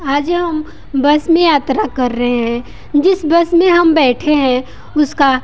आज हम बस में यात्रा कर रहे हैं जिस बस में हम बैठे हैं उसका